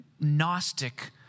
Gnostic